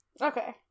Okay